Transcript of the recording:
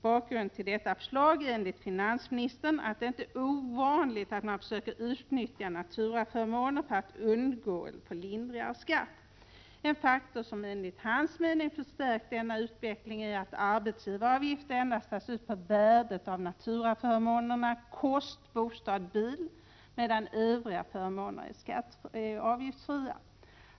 Bakgrunden till detta förslag är enligt finansministern att det inte är ovanligt att man försöker utnyttja naturaförmåner för att undgå eller få lindrigare skatt. En faktor som enligt hans mening förstärkt denna utveckling är att arbetsgivaravgifter endast tas ut på värdet av naturaförmånerna kost, bostad, bil, medan övriga förmåner är avgiftsfria.